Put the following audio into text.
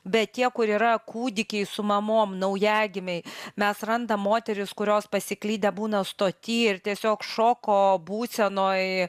bet tie kur yra kūdikiai su mamom naujagimiai mes randam moteris kurios pasiklydę būna stoty ir tiesiog šoko būsenoj